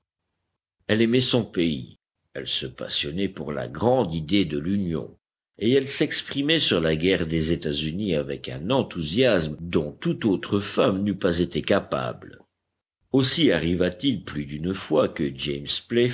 elle aimait son pays elle se passionnait pour la grande idée de l'union et elle s'exprimait sur la guerre des états-unis avec un enthousiasme dont toute autre femme n'eût pas été capable aussi arriva-t-il plus d'une fois que james